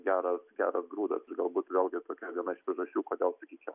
geras geras grūdas galbūt vėl gi tokia viena iš priežasčių kodėl sakykim